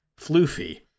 floofy